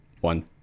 one